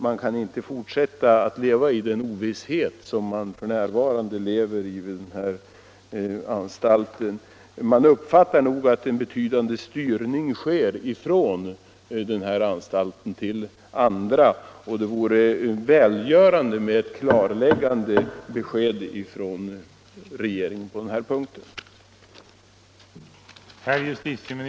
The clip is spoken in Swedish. De skall inte behöva fortsätta att leva i den ovisshet de känner på grund av att en betydande styrning av interner från denna anstalt till andra förekommer. Det vore välgörande att få ett klarläggande besked från regeringen på den punkten.